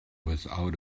without